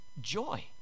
joy